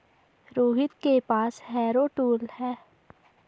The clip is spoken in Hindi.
रोहित के पास हैरो टूल है